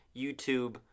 YouTube